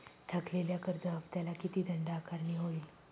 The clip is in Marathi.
थकलेल्या कर्ज हफ्त्याला किती दंड आकारणी होईल?